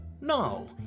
No